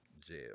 Jail